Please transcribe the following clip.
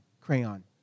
crayon